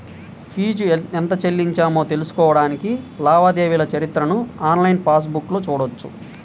fee ఎంత చెల్లించామో తెలుసుకోడానికి లావాదేవీల చరిత్రను ఆన్లైన్ పాస్ బుక్లో చూడొచ్చు